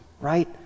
right